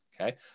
okay